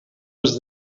was